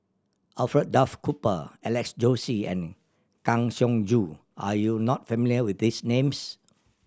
Alfred Duff Cooper Alex Josey and Kang Siong Joo are you not familiar with these names